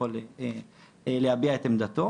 יכול להביע את עמדתו.